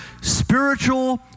spiritual